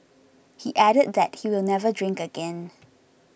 he added that he will never drink again